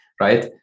right